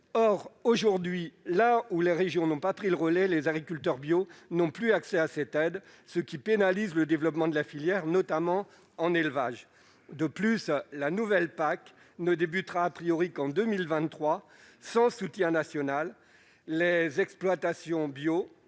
Aujourd'hui, là où les régions n'ont pas pris le relais, les agriculteurs bio n'ont plus accès à cette aide, ce qui pénalise le développement de la filière, notamment en élevage. De plus, la nouvelle PAC ne commencera qu'en 2023. Sans soutien national, les exploitations bio